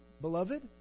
beloved